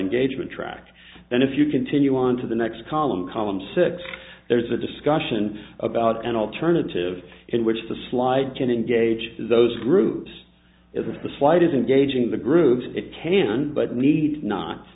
engagement track and if you continue on to the next column column six there is a discussion about an alternative in which the slide can engage as a those groups isn't the slightest engaging the grooves it can but need not